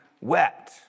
wept